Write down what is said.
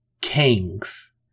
kings